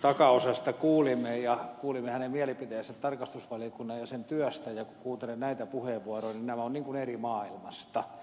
takaosasta kuulimme ja kuulimme hänen mielipiteensä tarkastusvaliokunnan ja sen työstä ja kun kuuntelin näitä puheenvuoroja niin nämä ovat kuin eri maailmasta